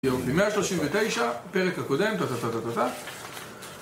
ב-139, פרק הקודם, טאטאטאטאטאט